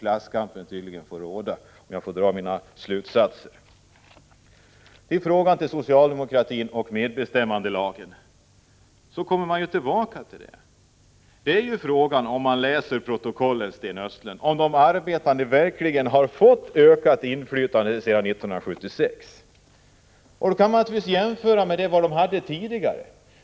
Klasskampen får väl föras bara när det passar. Sedan till socialdemokratin och medbestämmandelagen. Läser man protokollen, Sten Östlund, kan man fråga sig om de arbetande människorna verkligen har fått ökat inflytande sedan 1976. Man kan naturligtvis jämföra med förhållandena tidigare.